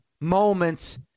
moments